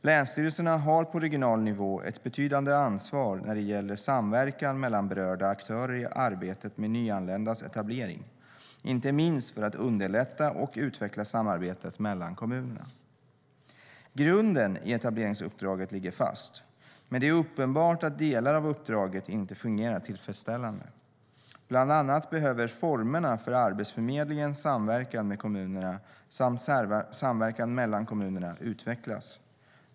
Länsstyrelserna har på regional nivå ett betydande ansvar när det gäller samverkan mellan berörda aktörer i arbetet med nyanländas etablering, inte minst för att underlätta och utveckla samarbetet mellan kommunerna. Grunden i etableringsuppdraget ligger fast, men det är uppenbart att delar av uppdraget inte fungerar tillfredsställande. Bland annat behöver formerna för Arbetsförmedlingens samverkan med kommunerna samt samverkan mellan kommunerna utvecklas.